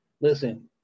listen